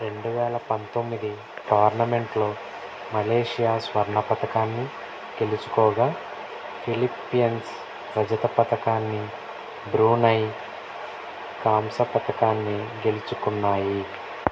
రెండు వేల పంతొమ్మిది టోర్నమెంట్లో మలేషియా స్వర్ణ పతకాన్ని గెలుచుకోగా ఫిలిప్పీన్స్ రజత పతకాన్ని బ్రునై కాంస్య పతకాన్ని గెలుచుకున్నాయి